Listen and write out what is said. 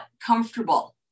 comfortable